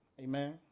Amen